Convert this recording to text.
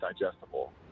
digestible